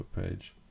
page